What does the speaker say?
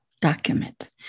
document